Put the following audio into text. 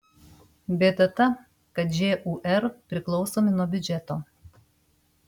bėda ta kad žūr priklausomi nuo biudžeto